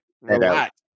Relax